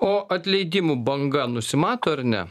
o atleidimų banga nusimato ar ne